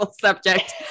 subject